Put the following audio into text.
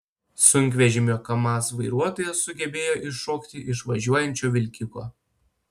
sunkvežimio kamaz vairuotojas sugebėjo iššokti iš važiuojančio vilkiko